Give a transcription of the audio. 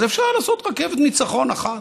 אז אפשר לעשות רכבת ניצחון אחת,